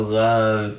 love